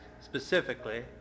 specifically